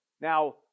Now